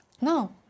No